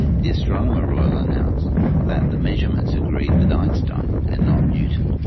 the astronomer royal announced that the measurements agreed with einstein and not newton.